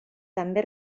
també